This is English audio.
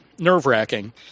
Nerve-wracking